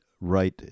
right